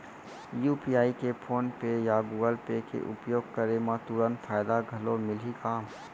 UPI के PhonePe या Google Pay के उपयोग करे म तुरंत फायदा घलो मिलही का?